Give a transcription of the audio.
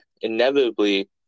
inevitably